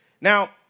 now